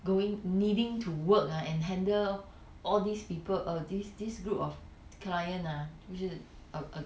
going needing to work ah and handle all these people err this this group of client ah which is err err